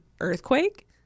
earthquake